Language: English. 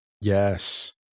Yes